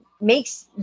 makes